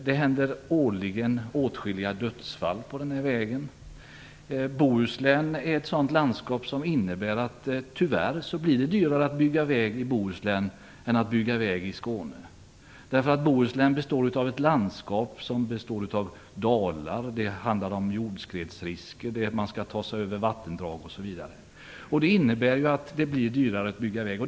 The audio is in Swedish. Det sker årligen åtskilliga dödsfall på den här vägen. Bohuslän är ett sådant landskap som gör att det tyvärr blir dyrare att bygga väg i Bohuslän än att bygga väg i Skåne. Bohuslän är ett landskap som består av dalar. Det handlar om jordskredsrisker, man skall ta sig över vattendrag osv. Det innebär att det blir dyrare att bygga väg.